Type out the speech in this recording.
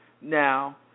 now